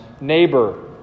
neighbor